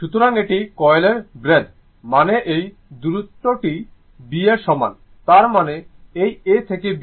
সুতরাং এটি কয়েলের ব্রেডথ মানে এই দূরত্ব টি B এর সমান তার মানে এই A থেকে B